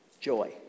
joy